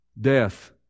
death